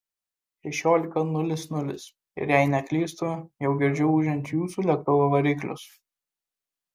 šešiolika nulis nulis ir jei neklystu jau girdžiu ūžiant jūsų lėktuvo variklius